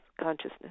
consciousness